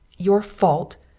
your fault!